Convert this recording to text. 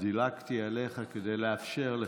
דילגתי עליך כדי לאפשר לך,